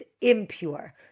impure